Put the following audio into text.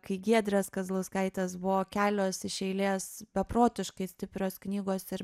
kai giedrės kazlauskaitės buvo kelios iš eilės beprotiškai stiprios knygos ir